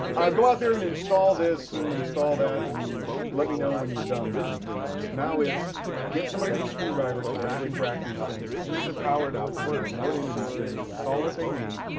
go out there and install this and install that and let me know when you're done in three months. now it's get somebody with a screwdriver to rack and rack these things. as soon as they're powered up, i'm going to remote into these things, install what they need.